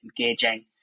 engaging